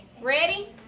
ready